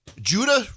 Judah